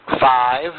Five